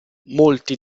molti